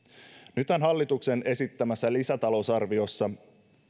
nythän hallituksen esittämässä lisätalousarviossa